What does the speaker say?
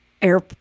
Air